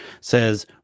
says